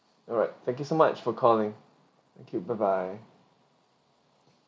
alright thank you so much for calling thank you bye bye